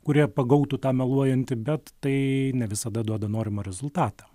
kurie pagautų tą meluojantį bet tai ne visada duoda norimą rezultatą